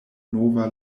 nova